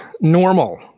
Normal